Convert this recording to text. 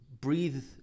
breathe